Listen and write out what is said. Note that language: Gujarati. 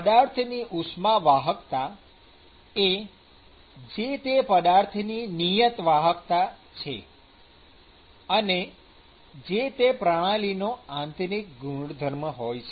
પદાર્થની ઉષ્મા વાહકતા એ જે તે પદાર્થની નિયત વાહકતા છે અને જે તે પ્રણાલીનો આંતરિક ગુણધર્મ હોય છે